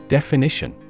Definition